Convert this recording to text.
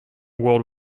world